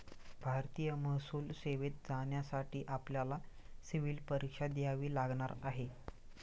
भारतीय महसूल सेवेत जाण्यासाठी आपल्याला सिव्हील परीक्षा द्यावी लागणार आहे